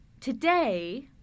Today